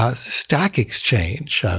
ah stack exchange,